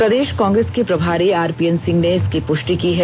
प्रदेष कांग्रेस के प्रभारी आर पी एन सिंह ने इसकी पुष्टि की है